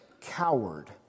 coward